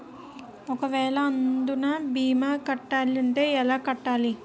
ఒక వేల అందునా భీమా కట్టాలి అంటే ఎలా కట్టాలి?